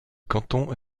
canton